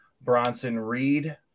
Bronson-Reed